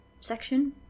section